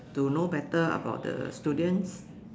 to know better about the students